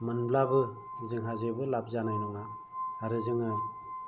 मोनोब्लाबो जोंहा जेबो लाब जानाय नङा आरो जोङो